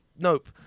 Nope